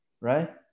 right